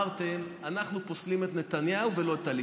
אמרתם: אנחנו פוסלים את נתניהו, ולא את הליכוד.